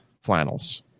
flannels